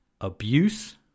abuse